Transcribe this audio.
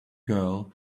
girl